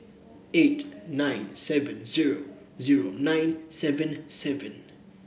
eight nine seven zero zero nine seven seven